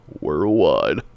Worldwide